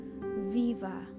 Viva